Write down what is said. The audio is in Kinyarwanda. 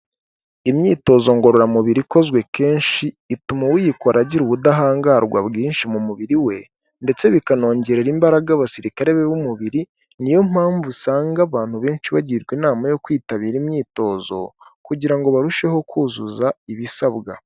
Imyitozo ngororamubiri ikozwe kenshi, ituma uyikora agira ubudahangarwa bwinshi mu mubiri we ndetse bikanongerera imbaraga abasirikare be b'umubiri, niyo mpamvu usanga abantu benshi bagirwa inama yo kwitabira imyitozo kugira ngo barusheho kuzuza ibisabwa.